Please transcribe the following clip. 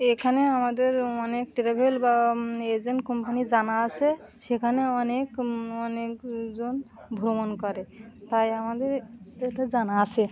এখানে আমাদের অনেক ট্রাভেল বা এজেন্ট কোম্পানি জানা আছে সেখানে অনেক অনেকজন ভ্রমণ করে তাই আমাদের এটা জানা আছে